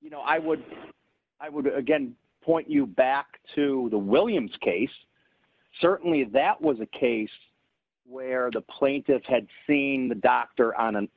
you know i would i would again point you back to the williams case certainly that was a case where the plaintiffs had seen the doctor on an